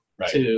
Right